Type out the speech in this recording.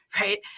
right